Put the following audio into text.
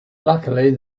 luckily